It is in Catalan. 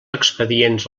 expedients